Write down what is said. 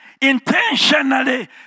intentionally